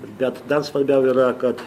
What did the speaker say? bet dar svarbiau yra kad